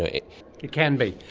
ah it can be.